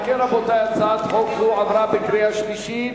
אם כן, רבותי, הצעת חוק זו עברה בקריאה שלישית